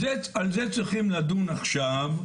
על זה צריכים לדון עכשיו,